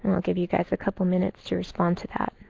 and i'll give you guys a couple minutes to respond to that.